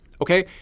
okay